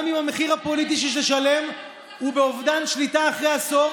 גם אם המחיר הפוליטי שתשלם הוא באובדן שליטה אחרי עשור.